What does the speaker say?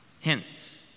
Hence